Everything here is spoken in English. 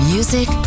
Music